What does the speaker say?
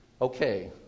Okay